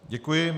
Děkuji.